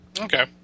Okay